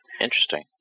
Interesting